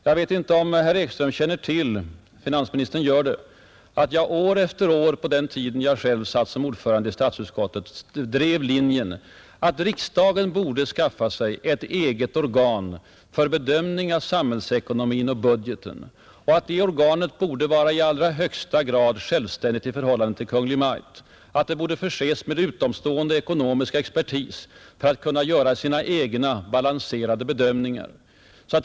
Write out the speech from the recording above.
Jag vet inte om herr Ekström känner till — finansministern gör det i varje fall — att jag på den tiden då jag själv satt som ordförande i statsutskottet år efter år drev linjen, att riksdagen borde skaffa sig ett eget organ för bedömning av samhällsekonomin och budgeten och att det organet borde vara i allra högsta grad självständigt i förhållande till Kungl. Maj:t samt att det bl.a. borde förses med utomstående ekonomisk expertis för att kunna göra sina egna balanserade bedömningar.